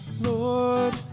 Lord